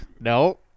no